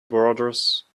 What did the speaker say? brothers